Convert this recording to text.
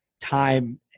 time